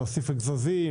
להוסיף אגזוזים,